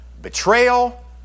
betrayal